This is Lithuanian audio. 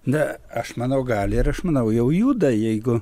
na aš manau gali ir aš manau jau juda jeigu